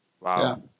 Wow